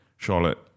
Charlotte